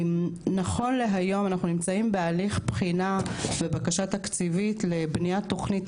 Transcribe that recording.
נכון להיום אנחנו נמצאים בהליך בחינה ובקשה תקציבית לבניית תוכנית